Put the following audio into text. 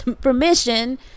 permission